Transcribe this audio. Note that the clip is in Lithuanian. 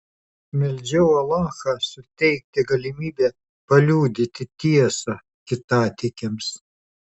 meldžiau alachą suteikti galimybę paliudyti tiesą kitatikiams